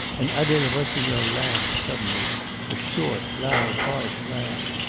and adele rossignol laughed suddenly a short, loud, harsh laugh,